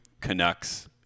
Canucks